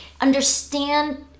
understand